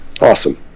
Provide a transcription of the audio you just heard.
Awesome